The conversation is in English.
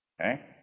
Okay